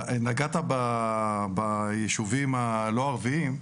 נגעת ביישובים הלא ערביים,